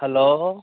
hello